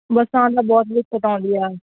ਬੱਸਾਂ ਨਾਲ ਬਹੁਤ ਦਿੱਕਤ ਆਉਂਦੀ ਆ